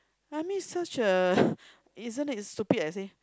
I mean it's such a isn't it stupid I say